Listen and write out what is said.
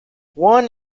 one